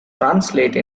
translate